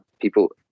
people